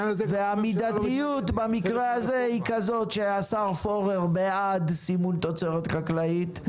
והמידתיות במקרה הזה היא כזאת שהשר פורר בעד סימון תוצרת חקלאית,